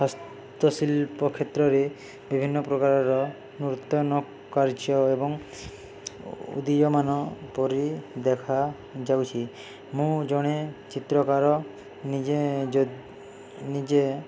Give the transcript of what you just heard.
ହସ୍ତଶିଲ୍ପ କ୍ଷେତ୍ରରେ ବିଭିନ୍ନ ପ୍ରକାରର ନୂତନ କାର୍ଯ୍ୟ ଏବଂ ଉଦିୟମାନ ପରି ଦେଖାଯାଉଛି ମୁଁ ଜଣେ ଚିତ୍ରକାର ନିଜେ ଯ ନିଜେ